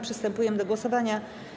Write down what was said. Przystępujemy do głosowania.